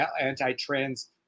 anti-trans